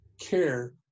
care